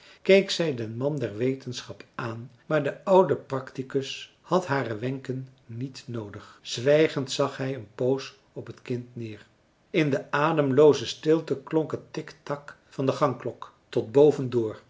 keek zij den man der wetenschap aan maar de oude marcellus emants een drietal novellen practicus had hare wenken niet noodig zwijgend zag hij een poos op het kind neer in de ademlooze stilte klonk het tiktak van de gangklok tot boven door